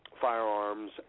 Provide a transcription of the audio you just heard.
firearms